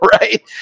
Right